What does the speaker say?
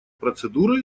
процедуры